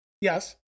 Yes